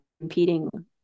competing